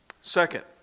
Second